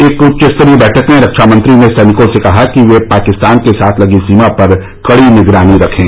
एक उच्च स्तरीय बैठक में रक्षा मंत्री ने सैनिकों से कहा कि वे पाकिस्तान के साथ लगी सीमा पर कड़ी निगरानी रखें